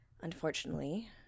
Unfortunately